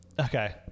okay